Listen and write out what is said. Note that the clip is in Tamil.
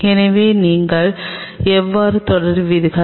எனவே நீங்கள் எவ்வாறு தொடருவீர்கள்